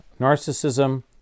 Narcissism